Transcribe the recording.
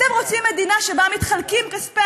אתם רוצים מדינה שבה מתחלקים כספי